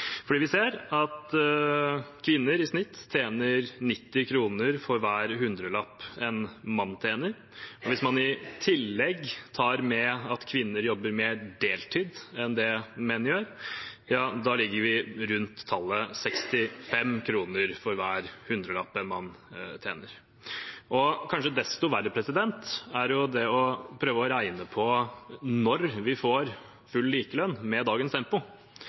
Vi ser at kvinner i snitt tjener 90 kr for hver hundrelapp en mann tjener. Hvis man i tillegg tar med at kvinner jobber mer deltid enn det menn gjør, ligger vi rundt 65 kr for hver hundrelapp en mann tjener. Kanskje desto verre er det å prøve å regne på når vi får full likelønn med dagens tempo.